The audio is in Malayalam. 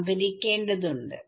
സംഭരിക്കേണ്ടതുണ്ട്